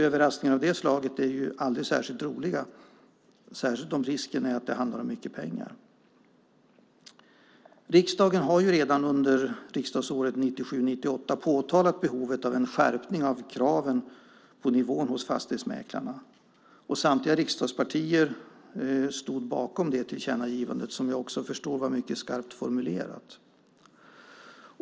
Överraskningar av det slaget är ju aldrig särskilt roliga, speciellt inte om risken är att det handlar om mycket pengar. Riksdagen har redan under riksdagsåret 1997/98 påtalat behovet av en skärpning av kraven på nivån hos fastighetsmäklarna. Samtliga riksdagspartier stod bakom det tillkännagivandet, som jag också förstår var mycket skarpt formulerat.